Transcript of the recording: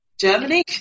Germany